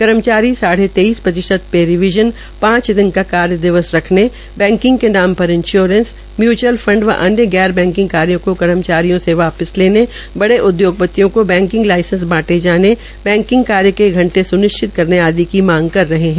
कर्मचारी साढ़े तेईस प्रतिशत पे रवीज़न पांच दिन का कार्य दिवस रखने बैंकिंग के नाम पर इन्श्योरेंस म्यूच्अल फंड व अन्य गैर बैंकिंग कार्यो के कर्मचारियों से वापिस लेने अन्य बड़े उदयोगपतियों को बैंकिंग कार्य के घंटे सुनिश्चित करने आदि की मांग कर रहे है